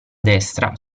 destra